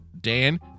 Dan